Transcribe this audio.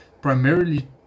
primarily